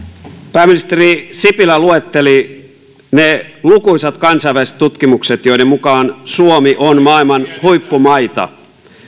pääministeri sipilä luetteli ne lukuisat kansainväliset tutkimukset joiden mukaan suomi on maailman huippumaita